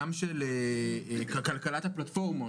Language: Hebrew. גם של כלכלת הפלטפורמות,